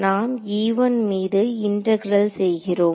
நாம் மீது இன்டகிரேல் செய்கிறோம்